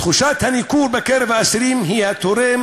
תחושת הניכור בקרב האסירים היא התורם